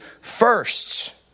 first